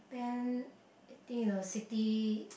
then I think the city